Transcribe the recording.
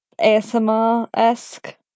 ASMR-esque